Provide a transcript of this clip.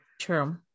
True